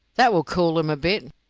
that will cool em a bit,